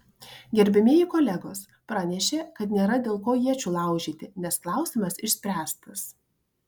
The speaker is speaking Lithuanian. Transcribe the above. gerbiamieji kolegos pranešė kad nėra dėl ko iečių laužyti nes klausimas išspręstas